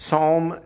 Psalm